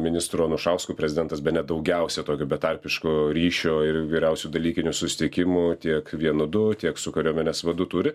ministru anušausku prezidentas bene daugiausiai tokio betarpiško ryšio ir vyriausių dalykinių susitikimų tiek vienu du tiek su kariuomenės vadu turi